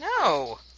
No